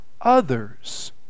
others